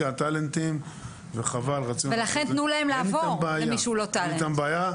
אין איתם בעיה.